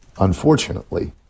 unfortunately